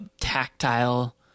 tactile